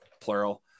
plural